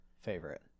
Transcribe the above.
favorite